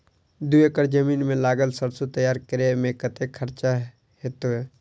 दू एकड़ जमीन मे लागल सैरसो तैयार करै मे कतेक खर्च हेतै?